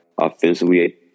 offensively